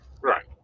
Right